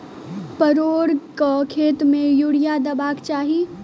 परोर केँ खेत मे यूरिया देबाक चही?